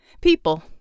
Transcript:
People